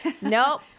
Nope